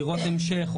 דירות המשך,